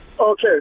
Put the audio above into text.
Okay